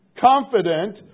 confident